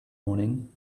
morning